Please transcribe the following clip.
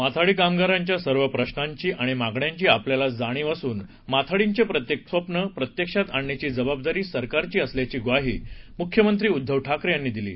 माथाडी कामगारांच्या सर्व प्रशांची आणि मागण्यांची आपल्याला जाणीव असून माथार्डीचे प्रत्येक स्वप्नं प्रत्यक्षात आणण्याची जबाबदारी सरकारची असल्याची ग्वाही मुख्यमंत्री उद्दव ठाकरे यांनी दिली